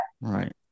right